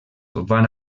van